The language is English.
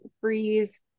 freeze